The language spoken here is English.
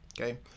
Okay